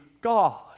God